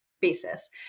basis